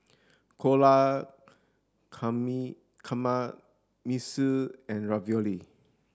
Dhokla Kamameshi and Ravioli